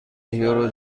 یورو